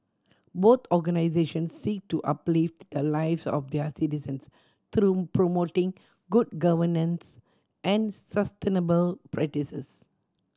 both organisations seek to uplift the lives of their citizens through promoting good governance and sustainable practices